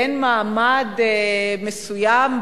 בין מעמד מסוים,